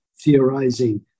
theorizing